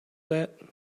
that